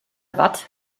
watt